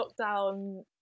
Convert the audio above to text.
lockdown